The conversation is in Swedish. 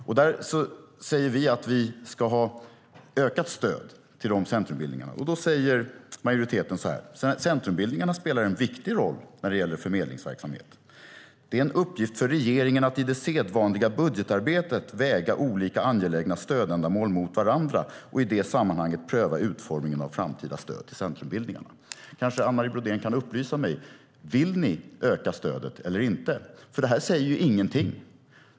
Vi säger att vi ska ha ökat stöd till de centrumbildningarna. Majoriteten säger så här: "Centrumbildningarna spelar en viktig roll när det gäller förmedlingsverksamhet. Det är en uppgift för regeringen att i det sedvanliga budgetarbetet väga olika angelägna stödändamål mot varandra och i det sammanhanget pröva utformningen av framtida stöd till centrumbildningarna." Kanske Anne Marie Brodén kan upplysa mig om ni vill öka stödet eller inte. Det här säger ju ingenting.